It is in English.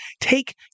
take